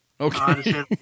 Okay